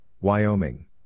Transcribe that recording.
Wyoming